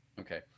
Okay